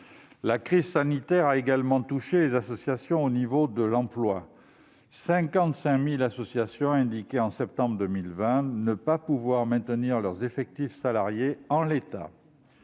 la crise sanitaire a également touché les associations sur le plan de l'emploi : 55 000 associations indiquaient, en septembre 2020, ne pas pouvoir maintenir leurs effectifs salariés en l'état.